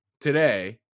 today